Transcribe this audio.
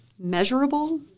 measurable